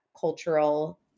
cultural